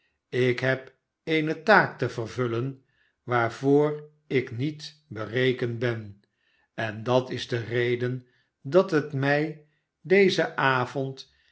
ik heb eene taak te vervullen waarvoor ik niet berekend ben en dat is de reden dat het mij dezen avond